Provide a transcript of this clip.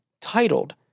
Titled